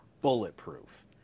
bulletproof